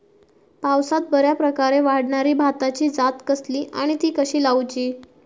पावसात बऱ्याप्रकारे वाढणारी भाताची जात कसली आणि ती कशी लाऊची?